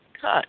cut